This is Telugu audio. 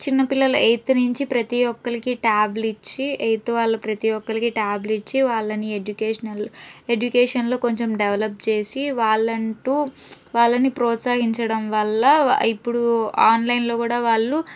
చిన్న పిల్లల ఎయిత్ నుంచి ప్రతీ ఒకరికి ట్యాబ్లు ఇచ్చి ఎయిత్ వాళ్ళకి ప్రతీ ఒకరికి ట్యాబ్లు ఇచ్చి వాళ్ళని ఎడ్యుకేషనల్ ఎడ్యుకేషన్లో కొంచెం డెవలప్ చేసి వాళ్ళంటు వాళ్ళని ప్రోత్సాహించడం వల్ల ఇప్పుడు ఆన్లైన్లో కూడా వాళ్ళు